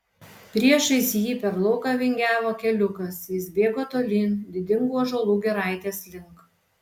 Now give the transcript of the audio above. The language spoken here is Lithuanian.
priešais jį per lauką vingiavo keliukas jis bėgo tolyn didingų ąžuolų giraitės link